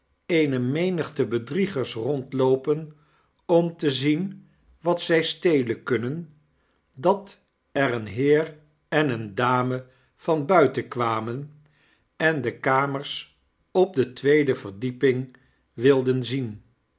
eene menigte bedriegers rondloopen om te zien wat zij stelen kunnen dat er een beer en eene dame van buiten kwamen en de kamers op de tweede verdieping wilden zien